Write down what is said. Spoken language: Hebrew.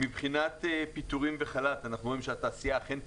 מבחינת פיטורים וחל"ת אנחנו רואים שהתעשייה אכן פיטרה,